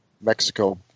Mexico